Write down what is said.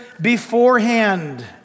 beforehand